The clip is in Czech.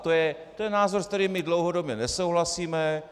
To je názor, s kterým my dlouhodobě nesouhlasíme.